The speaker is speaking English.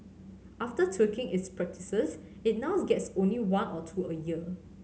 after tweaking its practices it now gets only one or two a year